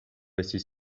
estis